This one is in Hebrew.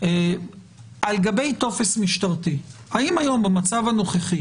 על גבי טופס משטרתי, האם היום במצב הנוכחי